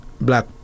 black